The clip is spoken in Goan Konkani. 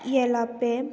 येलापे